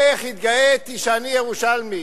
איך התגאיתי שאני ירושלמי.